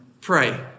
PRAY